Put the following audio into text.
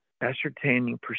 ascertaining